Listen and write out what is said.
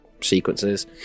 sequences